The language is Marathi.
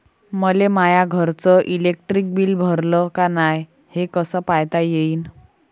मले माया घरचं इलेक्ट्रिक बिल भरलं का नाय, हे कस पायता येईन?